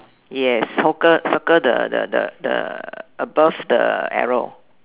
yes circle circle the the the above the arrow